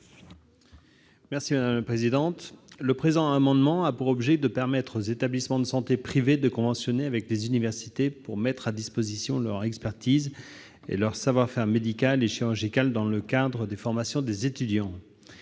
des étudiants. C'est pourquoi il est proposé de permettre aux établissements de santé privés de conventionner avec les universités pour mettre à disposition leur expertise et leur savoir-faire médical et chirurgical dans le cadre des formations des étudiants.